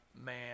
man